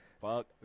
fuck